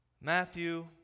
Matthew